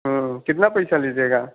कितना पैसा लीजिएगा